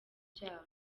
byaha